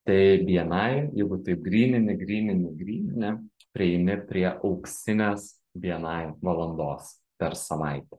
tai bni jeigu taip grynini grynini grynini prieini prie auksinės bni valandos per savaitę